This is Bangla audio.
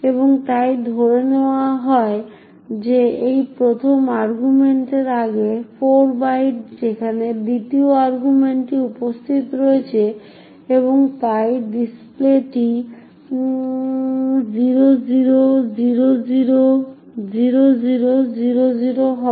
এবং তাই ধরে নেওয়া হয় যে এই প্রথম আর্গুমেন্টের আগে 4 বাইট যেখানে দ্বিতীয় আর্গুমেন্টটি উপস্থিত রয়েছে এবং তাই ডিসপ্লেটি 00000000 হবে